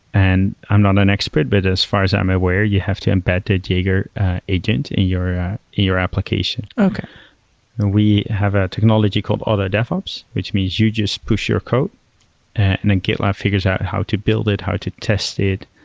and i'm not an expert, but as far as i'm aware, you have to embed to a jaeger agent in your your application. we have a technology called auto devops, which means you just push your code and then and gitlab figures out how to build it, how to test it,